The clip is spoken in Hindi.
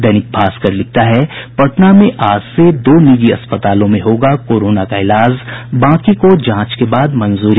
दैनिक भास्कर लिखता है पटना में आज से दो निजी अस्पतालों में होगा कोरोना का इलाज बाकी को जांच के बाद मंजूरी